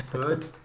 Good